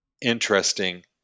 interesting